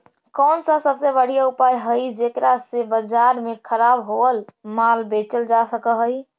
कौन सा सबसे बढ़िया उपाय हई जेकरा से बाजार में खराब होअल माल बेचल जा सक हई?